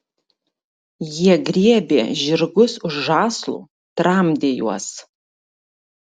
jie griebė žirgus už žąslų tramdė juos